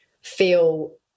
feel